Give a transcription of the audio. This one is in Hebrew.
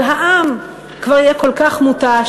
אבל העם כבר יהיה כל כך מותש,